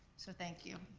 so thank you.